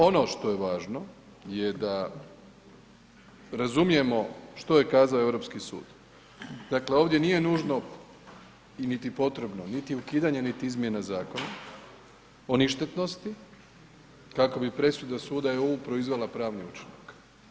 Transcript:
Ono što je važno je da razumijemo što je kazao Europski sud, dakle ovdje nije nužno i niti potrebno, niti ukidanje, niti izmjena Zakona o ništetnosti, kako bi presuda suda EU proizvela pravni učinak.